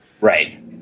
Right